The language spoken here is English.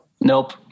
Nope